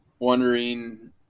Wondering